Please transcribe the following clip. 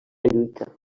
lluita